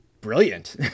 brilliant